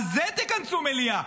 על זה תכנסו מליאה.